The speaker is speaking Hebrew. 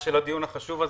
הדיון החשוב הזה.